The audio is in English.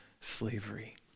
slavery